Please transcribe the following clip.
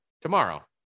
tomorrow